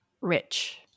rich